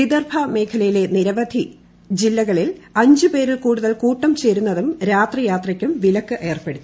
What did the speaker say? വിദർഭാ മേഖലയിലെ നിരവധി ജില്ലയിൽ അഞ്ചുപേരിൽ കൂടുതൽ കൂട്ടം ചേരുന്നതിനും രാത്രി യാത്രയ്ക്കും വിലക്കേർപ്പെടുത്തി